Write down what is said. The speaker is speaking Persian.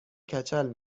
کچل